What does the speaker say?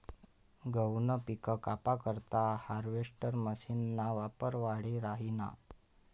गहूनं पिक कापा करता हार्वेस्टर मशीनना वापर वाढी राहिना